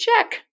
check